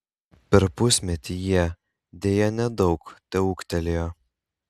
per pusmetį jie deja nedaug teūgtelėjo